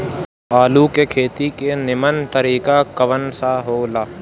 आलू के खेती के नीमन तरीका कवन सा हो ला?